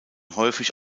häufig